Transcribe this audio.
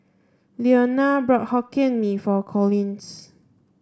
Leona bought Hokkien Mee for Collins